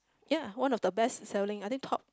ya one of the best selling I think top